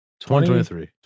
2023